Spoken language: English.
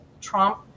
trump